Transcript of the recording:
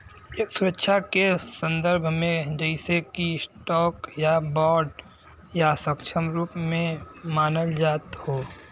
एक सुरक्षा के संदर्भ में जइसे कि स्टॉक या बांड या समकक्ष रूप में मानल जात हौ